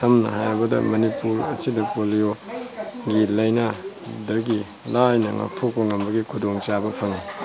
ꯁꯝꯅ ꯍꯥꯏꯔꯕꯗ ꯃꯅꯤꯄꯨꯔ ꯑꯁꯤꯗ ꯄꯣꯂꯤꯑꯣꯒꯤ ꯂꯥꯏꯅꯥꯗꯒꯤ ꯂꯥꯏꯅ ꯉꯥꯛꯊꯣꯛꯄ ꯉꯝꯕꯒꯤ ꯈꯨꯗꯣꯡ ꯆꯥꯕ ꯐꯪꯏ